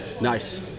Nice